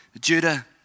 Judah